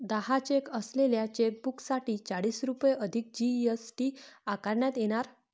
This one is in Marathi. दहा चेक असलेल्या चेकबुकसाठी चाळीस रुपये अधिक जी.एस.टी आकारण्यात येणार